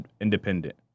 independent